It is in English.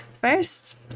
First